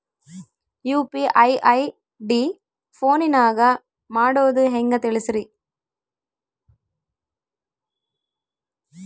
UPI ID ಫೋನಿನಾಗ ಮಾಡೋದು ಹೆಂಗ ತಿಳಿಸ್ರಿ?